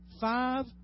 five